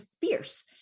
fierce